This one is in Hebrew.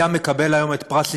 היה מקבל היום את פרס ישראל.